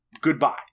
goodbye